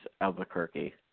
Albuquerque